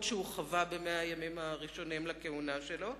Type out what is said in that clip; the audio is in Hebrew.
שהוא חווה ב-100 הימים הראשונים לכהונה שלו,